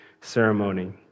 ceremony